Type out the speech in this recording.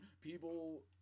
people